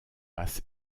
passe